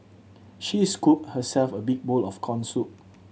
she scooped herself a big bowl of corn soup